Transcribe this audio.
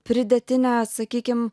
pridėtinę sakykim